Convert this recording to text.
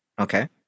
Okay